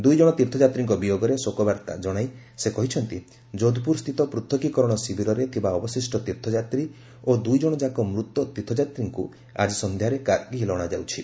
ଦୁଇ ଜଣ ତୀର୍ଥଯାତ୍ରୀଙ୍କ ବିୟୋଗରେ ଶୋକବାର୍ତ୍ତା ଜଣାଇ ସେ କହିଛନ୍ତି ଯୋଧପୁରସ୍ଥିତ ପୂଥକୀକରଣ ଶିବିରରେ ଥିବା ଅବଶିଷ୍ଟ ତୀର୍ଥଯାତ୍ରୀ ଓ ଦୁଇ ଜଣଯାକ ମୃତ ତୀର୍ଥଯାତ୍ରୀଙ୍କୁ ଆକି ସନ୍ଧ୍ୟାରେ କାର୍ଗିଲ୍ ଅଣାଯାଉଛି